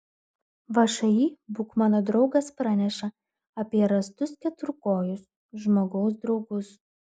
všį būk mano draugas praneša apie rastus keturkojus žmogaus draugus